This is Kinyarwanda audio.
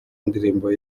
ndirimbo